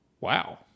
Wow